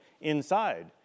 inside